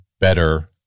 better